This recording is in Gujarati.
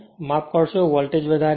માફ કરશો વોલ્ટેજ વધારીને